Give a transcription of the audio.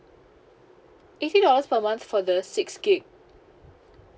fifty dollars per month for the six gig